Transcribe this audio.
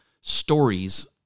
stories